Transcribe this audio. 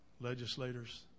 legislators